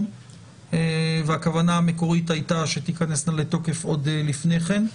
כאשר הכוונה המקורית הייתה שהן תיכנסנה לתוקף עוד לפני כן.